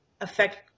affect